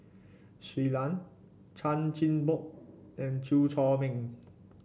Shui Lan Chan Chin Bock and Chew Chor Meng